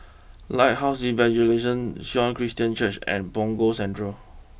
Lighthouse Evangelism Sion Christian Church and Punggol Central